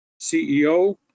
CEO